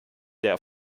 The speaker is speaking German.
der